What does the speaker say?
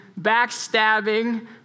backstabbing